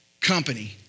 company